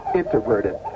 introverted